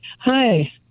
Hi